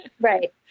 Right